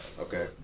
Okay